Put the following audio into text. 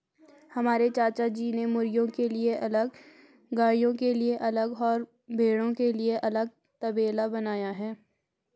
हमारे चाचाजी ने मुर्गियों के लिए अलग गायों के लिए अलग और भेड़ों के लिए अलग तबेला बनाया है